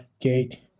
gate